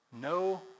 No